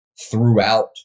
throughout